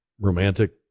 romantic